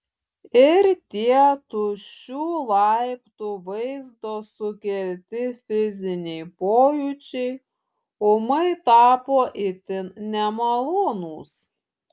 ir tie tuščių laiptų vaizdo sukelti fiziniai pojūčiai ūmai tapo itin nemalonūs